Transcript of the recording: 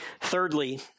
Thirdly